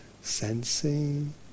sensing